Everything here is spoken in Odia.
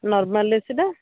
ନର୍ମାଲ୍ ଏସିଟା